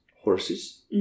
horses